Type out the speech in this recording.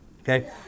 Okay